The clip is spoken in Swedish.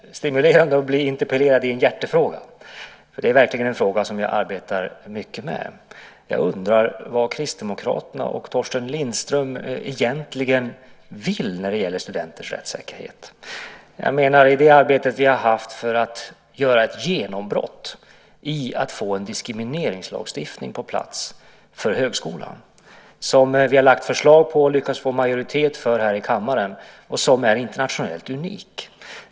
Herr talman! Det är stimulerande att bli interpellerad i en hjärtefråga. Det är verkligen en fråga som jag arbetar mycket med. Jag undrar vad Kristdemokraterna och Torsten Lindström egentligen vill när det gäller studenters rättssäkerhet. Vi har haft ett arbete för att göra ett genombrott och få en diskrimineringslagstiftning på plats för högskolan. Det har vi lagt fram förslag på och lyckats få en majoritet för här i kammaren. Det är internationellt unikt.